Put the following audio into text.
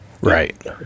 Right